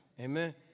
Amen